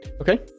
Okay